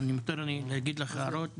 אני אגיד לך הערות,